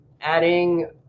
adding